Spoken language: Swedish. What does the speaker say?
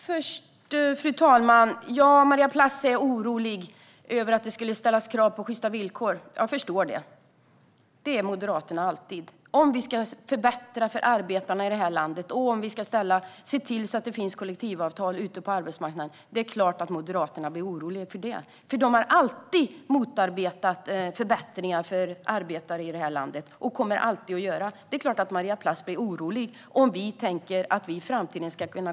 Fru talman! Maria Plass är orolig över att det ska ställas krav på sjysta villkor. Jag förstår det. Det är Moderaterna alltid. Om vi förbättrar för arbetarna i landet och om vi ser till att det finns kollektivavtal på arbetsmarknaden är det klart att Moderaterna blir oroliga. De har alltid motarbetat förbättringar för arbetare i det här landet, och de kommer alltid att göra så. Det är klart att Maria Plass blir orolig om vi socialdemokrater tänker att vi ska gå längre i framtiden.